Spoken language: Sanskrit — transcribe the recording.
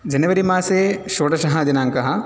जनवरि मासे षोडशः दिनाङ्कः